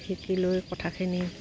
শিকিলৈ কথাখিনি